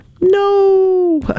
No